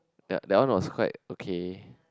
that that one was quite okay